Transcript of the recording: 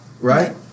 Right